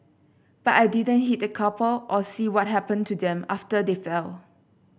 but I didn't hit the couple or see what happened to them after they fell